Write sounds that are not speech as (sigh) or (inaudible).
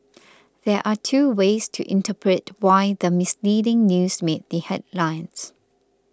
(noise) there are two ways to interpret why the misleading news made the headlines